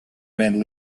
man